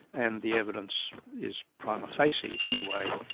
and the evidence is, prima facie anyway,